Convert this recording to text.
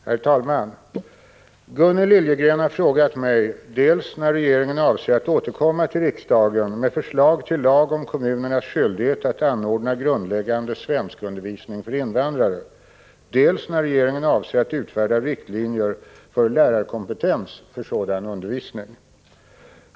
Herr talman! Gunnel Liljegren har frågat mig dels när regeringen avser att återkomma till riksdagen med förslag till lag om kommunernas skyldighet att anordna grundläggande svenskundervisning för invandrare, dels när regeringen avser att utfärda riktlinjer för lärarkompetens för sådan undervisning.